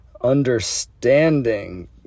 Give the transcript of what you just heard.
understanding